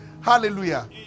Hallelujah